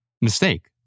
mistake